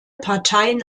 parteien